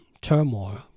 turmoil